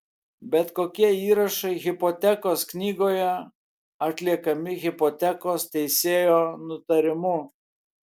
bet kokie įrašai hipotekos knygoje atliekami hipotekos teisėjo nutarimu